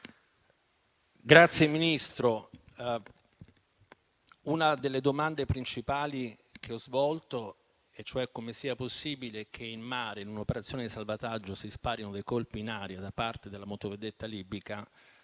Signor Ministro, una delle domande principali che ho posto, cioè come sia possibile che in mare, in un'operazione di salvataggio, si sparino dei colpi in aria da parte della motovedetta libica,